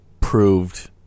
proved